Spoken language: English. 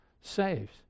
saves